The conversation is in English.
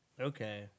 Okay